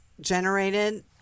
generated